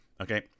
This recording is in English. okay